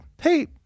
hey